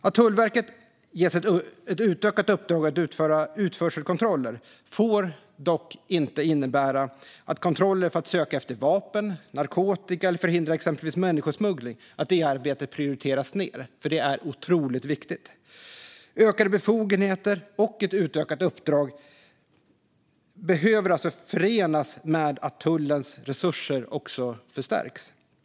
Att Tullverket ges ett utökat uppdrag att utföra utförselkontroller får dock inte innebära att kontroller för att söka efter vapen och narkotika eller för att förhindra exempelvis människosmuggling prioriteras ned, för det är otroligt viktigt. Ökade befogenheter och ett utökat uppdrag behöver förenas med att tullens resurser förstärks.